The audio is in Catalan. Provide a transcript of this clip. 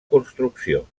construcció